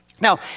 Now